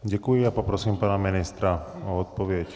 Děkuji a poprosím pana ministra o odpověď.